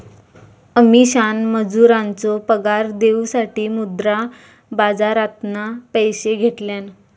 अमीषान मजुरांचो पगार देऊसाठी मुद्रा बाजारातना पैशे घेतल्यान